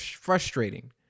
frustrating